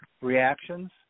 reactions